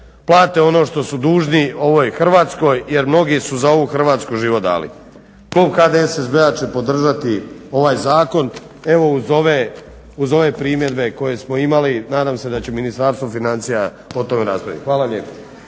plate ono što su dužni ovoj Hrvatskoj jer mnogi su za ovu Hrvatsku život dali. Klub HDSSB-a će podržati ovaj zakon evo uz ove primjedbe koje smo imali, nadam se da će Ministarstvo financija o tome raspraviti. Hvala lijepa.